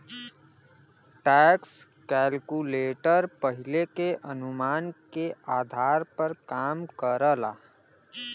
tax calculator पहिले के अनुमान के आधार पर काम करला